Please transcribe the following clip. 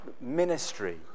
ministry